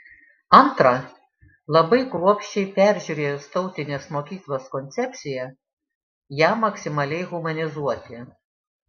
antra labai kruopščiai peržiūrėjus tautinės mokyklos koncepciją ją maksimaliai humanizuoti